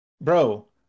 Bro